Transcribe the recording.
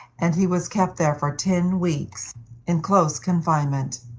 and he was kept there for ten weeks in close confinement.